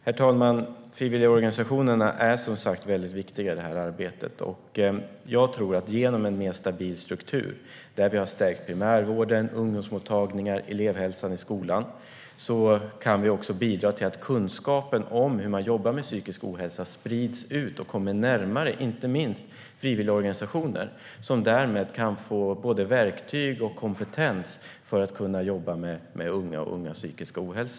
Herr talman! Frivilligorganisationerna är, som sagt, väldigt viktiga i det här arbetet. Genom en mer stabil struktur där vi har stärkt primärvården, ungdomsmottagningar och elevhälsan i skolan kan vi också bidra till att kunskapen om hur man jobbar med psykisk ohälsa sprids ut och kommer närmare inte minst frivilligorganisationer som därmed kan få både verktyg och kompetens för att jobba med unga och ungas psykiska ohälsa.